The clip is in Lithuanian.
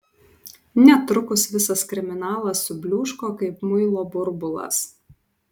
netrukus visas kriminalas subliūško kaip muilo burbulas